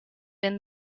been